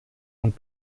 und